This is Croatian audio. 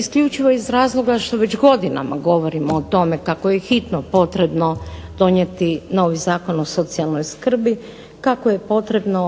isključivo iz razloga što već godinama govorimo o tome kako je hitno potrebno donijeti novi zakon o socijalnoj skrbi, kako je potrebno